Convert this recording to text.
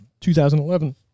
2011